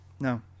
No